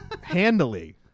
Handily